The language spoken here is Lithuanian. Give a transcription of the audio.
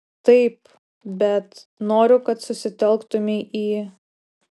taip bet noriu kad susitelktumei į